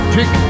Pick